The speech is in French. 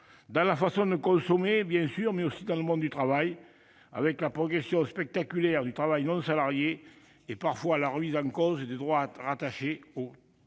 dans la façon de consommer, bien sûr, mais aussi dans le monde du travail : progression spectaculaire du travail non salarié, et parfois remise en cause de droits attachés aux travailleurs.